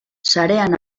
sarean